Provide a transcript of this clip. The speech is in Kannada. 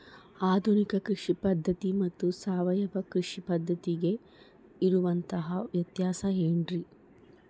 ಆಧುನಿಕ ಕೃಷಿ ಪದ್ಧತಿ ಮತ್ತು ಸಾವಯವ ಕೃಷಿ ಪದ್ಧತಿಗೆ ಇರುವಂತಂಹ ವ್ಯತ್ಯಾಸ ಏನ್ರಿ?